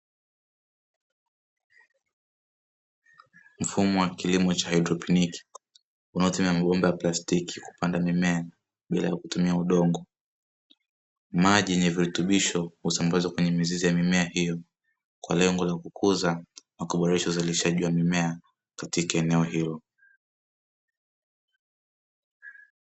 Mfumo wa kilimo cha haidroponi unaotumia mabomba ya plastiki kupanda mimea bila kutumia udongo. Maji yenye virutubisho husambazwa kwenye mizizi ya mimea hiyo kwa lengo la kukuza na kuboresha uzalishaji wa mimea katika eneo hilo.